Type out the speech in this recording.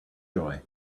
joy